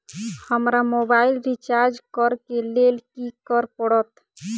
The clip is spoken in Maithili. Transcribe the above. हमरा मोबाइल रिचार्ज करऽ केँ लेल की करऽ पड़त?